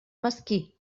mesquí